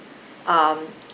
um